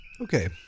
Okay